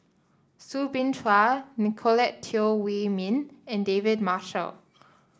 Soo Bin Chua Nicolette Teo Wei Min and David Marshall